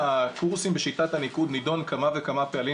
הקורסים בשיטת הניקוד נידון כמה וכמה פעמים